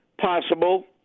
Possible